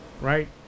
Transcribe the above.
Right